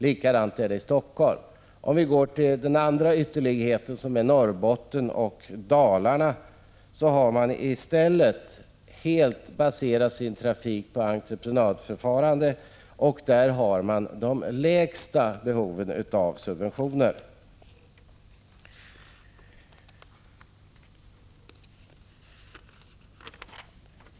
Likadant är det i Helsingfors. I Norrbotten, som är den andra ytterligheten, och Dalarna har man i stället helt baserat sin trafik på entreprenadförfarande, och där har man de minsta behoven av subventioner.